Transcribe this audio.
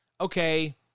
okay